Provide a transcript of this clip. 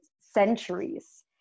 centuries